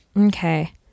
Okay